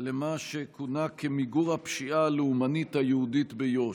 למה שכונה כ"מיגור הפשיעה הלאומנית היהודית ביו"ש"